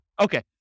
Okay